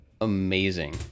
amazing